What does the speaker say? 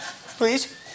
Please